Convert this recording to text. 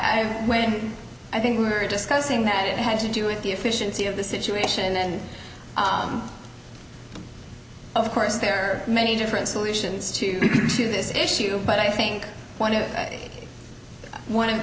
have when i think we were discussing that it has to do with the efficiency of the situation and of course there are many different solutions to this issue but i think one is one of